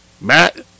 Matt